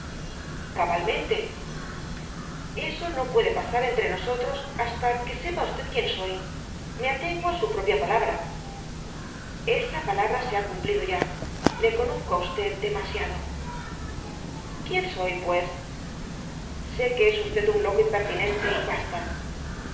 cabalmente eso no puede pasar entre nosotros hasta que sepa usted quién soy me atengo á su propia palabra esa palabra se ha cumplido ya le conozco á usted demasiado quién soy pues sé que es usted un loco impertinente y basta